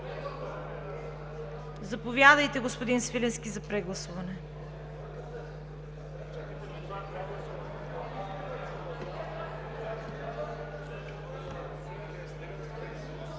Заповядайте, господин Свиленски, за прегласуване.